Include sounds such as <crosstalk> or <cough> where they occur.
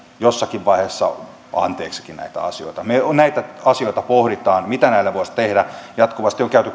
jossakin vaiheessa anteeksikin näitä asioita me näitä asioita pohdimme mitä näille voisi tehdä jatkuvasti on käyty <unintelligible>